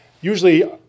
Usually